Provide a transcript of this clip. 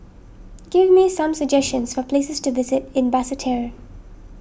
give me some suggestions for places to visit in Basseterre